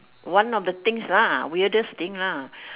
one of the things lah weirdest thing lah